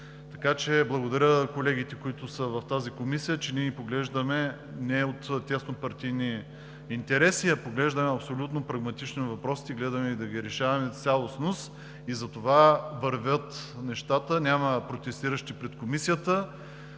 Благодаря на колегите, които са в тази комисия, че ние поглеждаме не от тяснопартийни интереси, а поглеждаме абсолютно прагматично въпросите, гледаме и ги решаваме в цялостност и затова вървят нещата. Няма протестиращи пред Комисията,